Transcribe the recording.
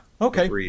Okay